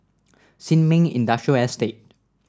Sin Ming Industrial Estate